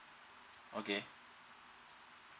okay